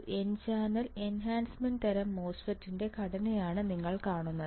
ഒരു N channel enhancement തരം മോസ്ഫെറ്റിൻറെ ഘടനയാണ് നിങ്ങൾ കാണുന്നത്